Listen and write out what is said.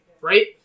right